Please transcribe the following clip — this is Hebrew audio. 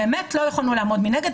באמת לא יכולנו לעמוד מנגד,